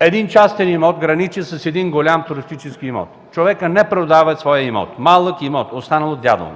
Един частен имот граничи обаче с голям туристически имот. Човекът не продава своя имот, малък имот, останал от дядо